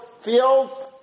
fields